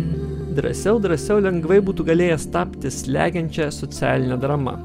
drąsiau drąsiau lengvai būtų galėjęs tapti slegiančia socialine drama